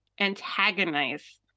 antagonize